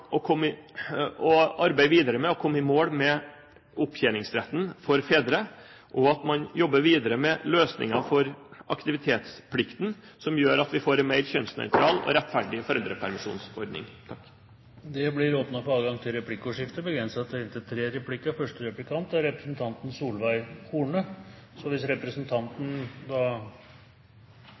å komme i mål med opptjeningsretten for fedre og at man jobber videre med løsninger for aktivitetsplikten, som gjør at vi får en mer kjønnsnøytral og rettferdig foreldrepermisjonsordning. Det blir åpnet for replikkordskifte. Først av alt kan jeg forsikre representanten